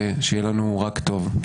שיהיה לנו רק טוב.